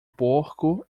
porco